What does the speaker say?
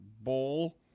Bowl